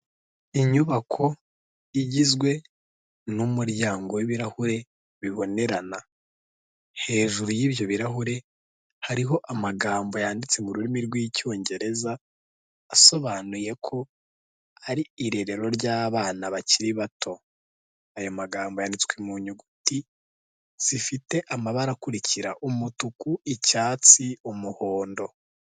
Inyubako igizwe n'umuryango w'ibirahure bibonerana, hejuru y'ibyo birarahuri hariho amagambo yanditse mu rurimi rw'icyongereza asobanuye ko ari irerero ryabana bakiri bato, ayo magambo yanditswe mu nyuguti zifite amabara akurikira: umutuku, icyatsi, umuhondo.